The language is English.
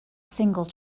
single